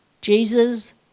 Jesus